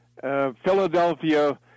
Philadelphia